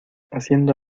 haciendo